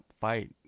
fight